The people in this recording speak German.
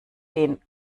den